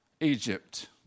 Egypt